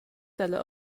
dalla